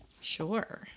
sure